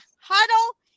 Huddle